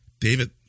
David